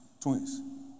Twins